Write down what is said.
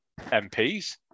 MPs